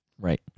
Right